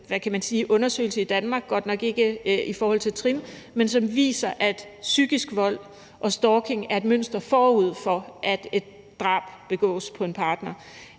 undersøgelse i Danmark, godt nok ikke i forhold til trin, som viser, at psykisk vold og stalking er et mønster forud for, at der begås drab på en partner.